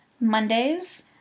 Mondays